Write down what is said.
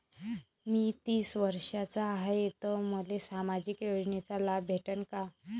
मी तीस वर्षाचा हाय तर मले सामाजिक योजनेचा लाभ भेटन का?